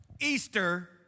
Easter